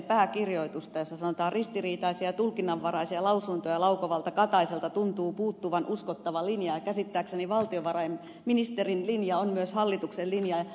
ristiriitaisia ja tulkinnanvaraisia lausuntoja laukovalta kataiselta tuntuu puuttuvan uskottava linja ja käsittääkseni valtiovarainministerin linja on myös hallituksen linja